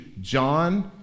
John